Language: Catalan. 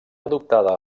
adoptada